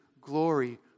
glory